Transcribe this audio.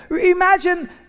imagine